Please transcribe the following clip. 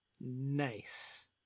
Nice